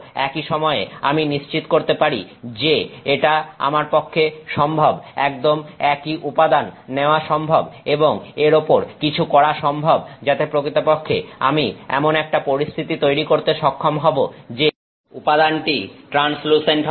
একই সময়ে আমি নিশ্চিত করতে পারি যে এটা আমার পক্ষে সম্ভব একদম একই উপাদান নেওয়া সম্ভব এবং এর ওপর কিছু করা সম্ভব যাতে প্রকৃতপক্ষে আমি এমন একটা পরিস্থিতি তৈরি করতে সক্ষম হব যে উপাদানটি ট্রান্সলুসেন্ট হবে